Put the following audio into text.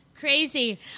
Crazy